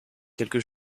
quelque